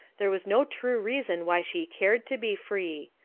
there was no true reason why she cared to be free.